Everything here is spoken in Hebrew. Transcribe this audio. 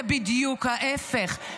זה בדיוק ההפך,